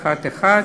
111),